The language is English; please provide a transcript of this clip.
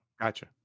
Gotcha